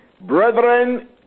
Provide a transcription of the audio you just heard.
Brethren